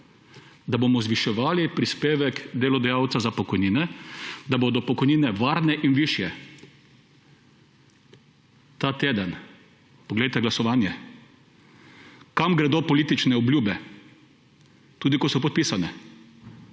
da bomo zviševali prispevek delodajalca za pokojnine, da bodo pokojnine varne in višje. Ta teden, poglejte glasovanje, kam gredo politične obljube, tudi ko so podpisane.